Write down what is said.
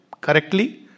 correctly